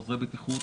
עוזרי בטיחות,